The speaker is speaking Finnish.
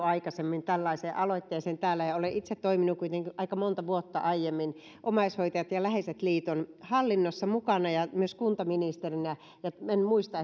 aikaisemmin tällaiseen aloitteeseen täällä ja olen itse toiminut kuitenkin aiemmin aika monta vuotta omaishoitajat ja ja läheiset liiton hallinnossa mukana ja myös kuntaministerinä en muista